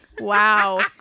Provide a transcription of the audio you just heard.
Wow